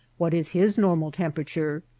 what is his normal temperature?